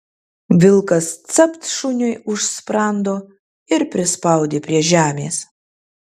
vilkas capt šuniui už sprando ir prispaudė prie žemės